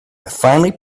finally